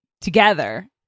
together